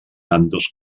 ambdós